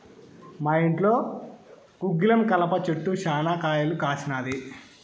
మా ఇంట్లో గుగ్గిలం కలప చెట్టు శనా కాయలు కాసినాది